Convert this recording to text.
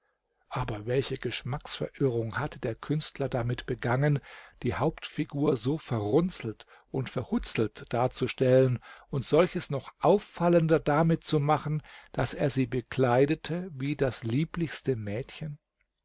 aber welche geschmacksverirrung hatte der künstler damit begangen die hauptfigur so verrunzelt und verhuzelt darzustellen und solches noch auffallender damit zu machen daß er sie bekleidete wie das lieblichste mädchen